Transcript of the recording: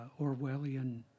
Orwellian